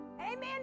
Amen